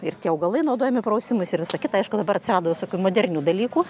ir tie augalai naudojami prausimuisi ir visa kita aišku dabar atsirado visokių modernių dalykų